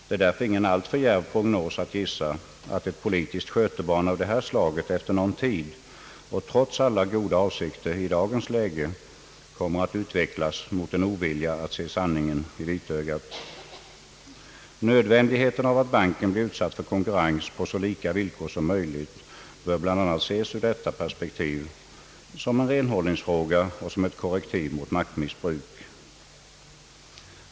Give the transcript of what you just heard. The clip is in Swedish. Det är därför inte någon alltför djärv prognos att ett politiskt skötebarn av detta slag efter någon tid — och trots alla goda avsikter i dagens läge — kommer att utveckla en ovilja mot att se sanningen i vit "ögat. Nödvändigheten av att banken blir utsatt för konkurrens på så lika villkor som möjligt bör bl.a. ses i detta perspektiv — såsom en renhållningsfråga och såsom ett korrektiv mot maktmissbruk.